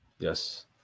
Yes